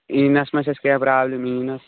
engines منٛز چھَس کیٚنٛہہ پرٛابِلم اِنٛجنس